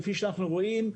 כפי שאנחנו רואים,